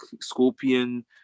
Scorpion